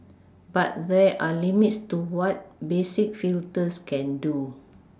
but there are limits to what basic filters can do